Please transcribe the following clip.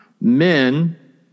men